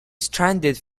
stranded